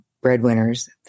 breadwinners